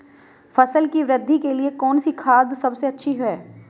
फसल की वृद्धि के लिए कौनसी खाद सबसे अच्छी है?